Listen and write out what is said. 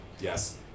yes